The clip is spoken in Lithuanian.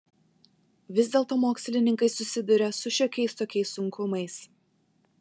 vis dėlto mokslininkai susiduria su šiokiais tokiais sunkumais